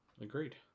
agreed